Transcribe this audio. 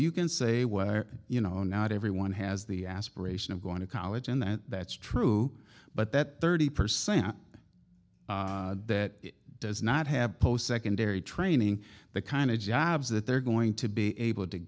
you can say well you know not everyone has the aspiration of going to college and that that's true but that thirty percent that does not have post secondary training the kind of jobs that they're going to be able to